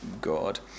God